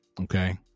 Okay